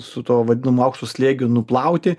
su tuo vadinamu aukštu slėgiu nuplauti